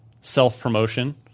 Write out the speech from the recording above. self-promotion